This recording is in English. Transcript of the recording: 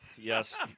Yes